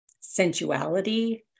sensuality